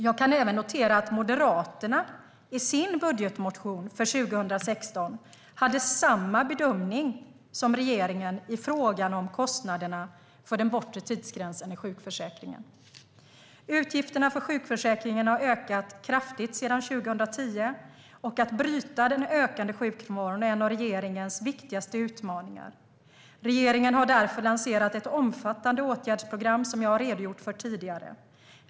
Jag kan även notera att Moderaterna i sin budgetmotion för 2016 hade samma bedömning som regeringen i frågan om kostnaderna för den bortre tidsgränsen i sjukförsäkringen. Utgifterna för sjukförsäkringen har ökat kraftigt sedan 2010, och att bryta den ökande sjukfrånvaron är en av regeringens viktigaste utmaningar. Regeringen har därför lanserat ett omfattande åtgärdsprogram som jag har redogjort för tidigare.